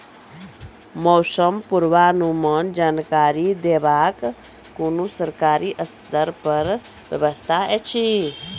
मौसम पूर्वानुमान जानकरी देवाक कुनू सरकारी स्तर पर व्यवस्था ऐछि?